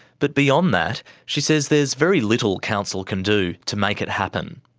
but beyond that, she says there's very little council can do to make it happen.